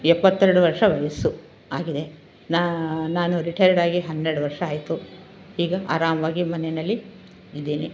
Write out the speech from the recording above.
ಎಪ್ಪತ್ತೆರಡು ವರ್ಷ ವಯಸ್ಸು ಆಗಿದೆ ನಾನು ರಿಟೈರ್ಡಾಗಿ ಹನ್ನೆರಡು ವರ್ಷ ಆಯಿತು ಈಗ ಆರಾಮವಾಗಿ ಮನೆಯಲ್ಲಿ ಇದ್ದೀನಿ